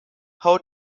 how